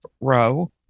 row